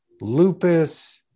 lupus